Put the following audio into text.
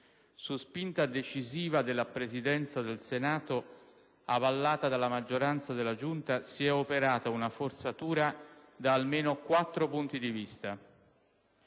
Su spinta decisiva della Presidenza del Senato, avallata dalla maggioranza della Giunta, si è operata una forzatura da almeno quattro punti di vista.